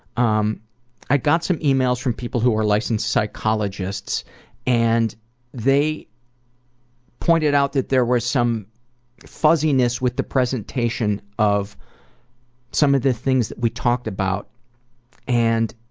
um i got some emails from people who are licensed psychologists and they pointed out that there were some fuzziness with the presentation of some of the things that we talked about and